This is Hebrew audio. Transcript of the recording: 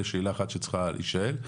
זו שאלה אחת שצריכה להישאל.